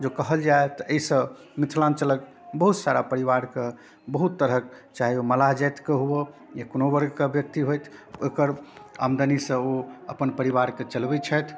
जँ कहल जाए तऽ एहिसँ मिथिलाञ्चलके बहुत सारा परिवारके बहुत तरहके चाहे ओ मलाह जातिके हुअए या कोनो वर्गके व्यक्ति होथि ओकर आमदनीसँ ओ अपन परिवारके चलबैत छथि